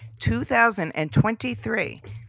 2023